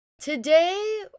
today